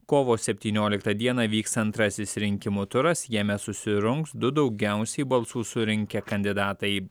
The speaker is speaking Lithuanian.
kovo septynioliktą dieną vyks antrasis rinkimų turas jame susirungs du daugiausiai balsų surinkę kandidatai